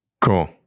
cool